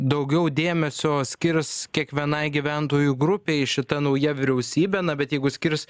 daugiau dėmesio skirs kiekvienai gyventojų grupei šita nauja vyriausybė na bet jeigu skirs